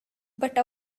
but